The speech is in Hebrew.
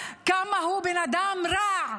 כמה הוא בן אדם רע,